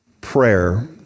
prayer